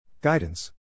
Guidance